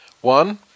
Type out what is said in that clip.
One